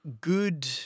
good